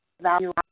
value